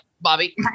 Bobby